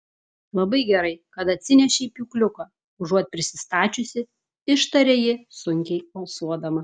labai gerai kad atsinešei pjūkliuką užuot prisistačiusi ištarė ji sunkiai alsuodama